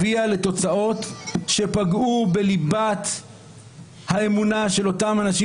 הביאה לתוצאות שפגעו בליבת האמונה של אותם אנשים,